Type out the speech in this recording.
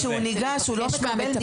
גם אדם פרטי כשהוא ניגש, הוא לא מקבל נייר.